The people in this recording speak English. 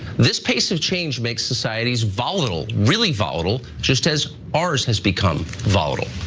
this pace of change makes societies volatile, really volatile, just as ours has become volatile.